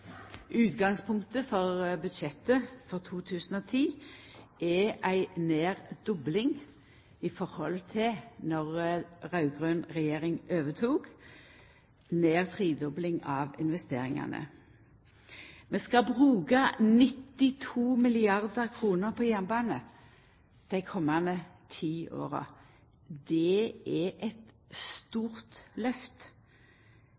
Utgangspunktet for 2010 er ei nær dobling av budsjettet i høve til då den raud-grøne regjeringa overtok, og ei nær tredobling av investeringane. Vi skal bruka 92 milliardar kr på jernbane dei komande ti åra. Det er eit